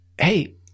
hey